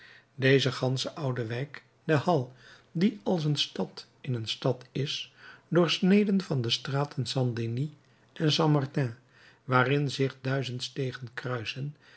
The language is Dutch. deze gansche oude wijk des halles die als een stad in een stad is doorsneden van de straten st denis en st martin waarin zich duizend stegen kruisen